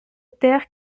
terre